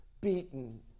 beaten